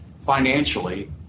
financially